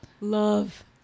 Love